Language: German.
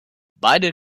beide